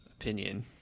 opinion